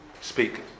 speak